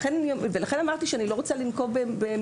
לכן אמרתי שאני לא רוצה לנקוב במספרים